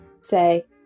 say